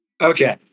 Okay